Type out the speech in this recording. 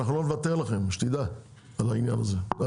אנחנו לא נוותר לכם על העניין הזה, שתדע.